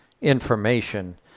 information